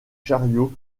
chariots